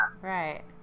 right